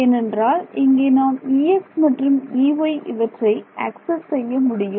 ஏனென்றால் இங்கே நாம் Ex மற்றும் Ey இவற்றை அக்சஸ் செய்ய முடியும்